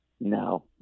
no